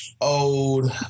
old –